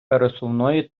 пересувної